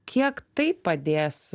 kiek tai padės